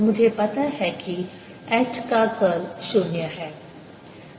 और मुझे पता है कि H का कर्ल 0 है